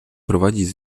prowadzić